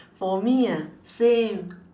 for me ah same